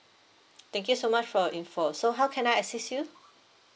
thank you so much for your info so how can I assist you